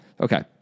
Okay